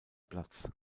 platz